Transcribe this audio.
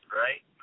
right